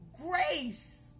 grace